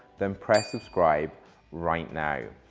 then press subscribe right now.